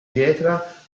pietra